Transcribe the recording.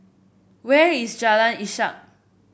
where is Jalan Ishak